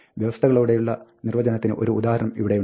വ്യവസ്ഥകളോടെയുള്ള നിർവ്വചനത്തിന് ഒരു ഉദാഹരണം ഇവിടെയുണ്ട്